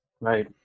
right